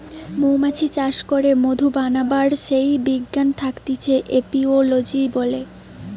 মৌমাছি চাষ করে মধু বানাবার যেই বিজ্ঞান থাকতিছে এপিওলোজি বলে